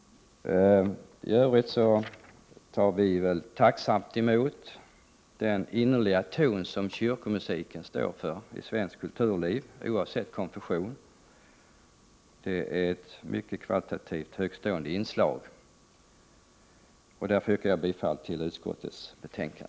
I övrigt tar vi, oavsett konfession, tacksamt emot den innerliga ton som kyrkomusiken står för i svenskt kulturliv. Den utgör där ett kvalitativt mycket högtstående inslag. Därmed yrkar jag bifall till utskottets hemställan.